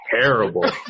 terrible